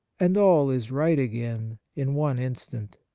and all is right again in one instant.